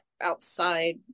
outside